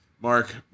Mark